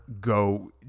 go